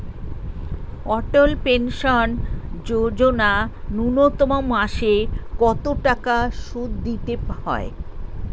অটল pension যোজনা ন্যূনতম মাসে কত টাকা সুধ দিতে হয়?